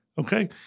okay